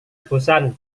bosan